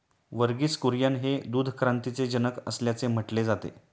वर्गीस कुरियन हे दूध क्रांतीचे जनक असल्याचे म्हटले जाते